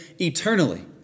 eternally